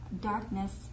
darkness